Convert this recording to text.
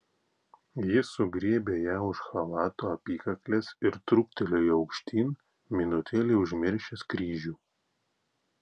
jis sugriebė ją už chalato apykaklės ir truktelėjo aukštyn minutėlei užmiršęs kryžių